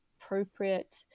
appropriate